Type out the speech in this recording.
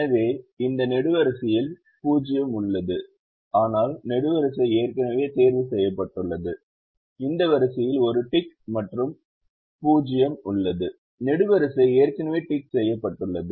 எனவே இந்த வரிசையில் 0 உள்ளது ஆனால் நெடுவரிசை ஏற்கனவே தேர்வுசெய்யப்பட்டுள்ளது இந்த வரிசையில் ஒரு டிக் மற்றும் 0 உள்ளது நெடுவரிசை ஏற்கனவே டிக் செய்யப்பட்டுள்ளது